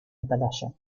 atalaya